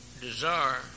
desire